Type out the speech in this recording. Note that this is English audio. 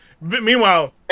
meanwhile